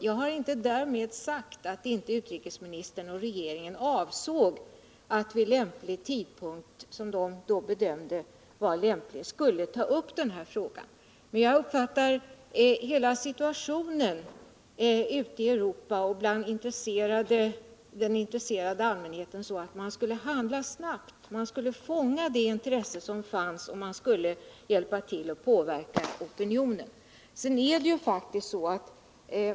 Jag har därmed inte sagt att utrikesministern och regeringen inte avsåg att vid en tidpunkt som de ansåg vore lämplig ta upp denna fråga. Men stämningen ute i Europa och bland den intresserade allmänheten var sådan att man skulle handla snabbt. Man borde fånga det intresse som fanns och man skulle hjälpa till och påverka opinionen.